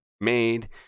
made